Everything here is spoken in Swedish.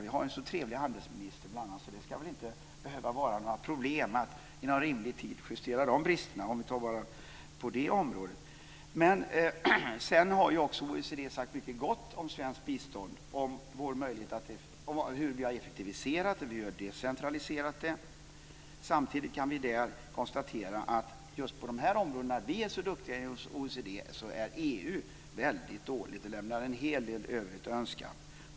Vi har en så trevlig handelsminister, så det ska väl inte behöva vara några problem att inom rimlig tid justera bristerna på det området. OECD har också sagt mycket gott om svenskt bistånd - om hur vi har effektiviserat och decentraliserat det. Samtidigt kan vi konstatera att OECD anser att EU just på de områden där vi är så duktiga är väldigt dåligt och lämnar en hel del övrigt att önska.